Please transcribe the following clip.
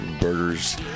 burgers